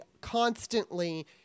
constantly